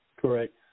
Correct